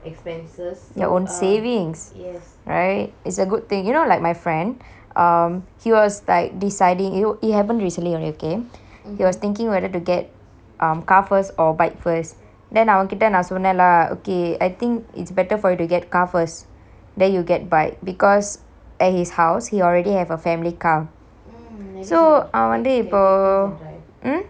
your own savings right it's a good thing you know like my friend um he was like deciding you it happened recently only okay he was thinking whether to get um car first or bike first then அவன்கிட்ட நான் சொன்னேன்:avenkitte naan sonen lah okay I think it's better for you to get car first then you can buy because at his house he already have a family car so அவன் வந்து இப்போ:aven vanthu ippo mm